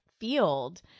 field